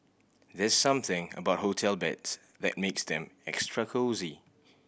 there's something about hotel beds that makes them extra cosy